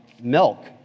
milk